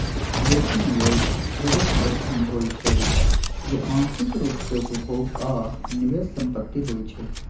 बेशी निवेश ढेरेक ओतहि होइ छइ जे आंशिक रूप से उपभोग आऽ निवेश संपत्ति होइ छइ